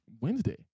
Wednesday